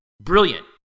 Brilliant